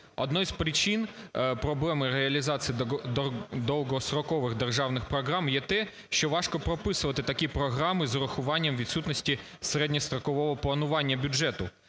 Однією з причин проблеми реалізації довгострокових державних програм є те, що важко прописувати такі програмі з урахуванням відсутності середньострокового планування бюджету.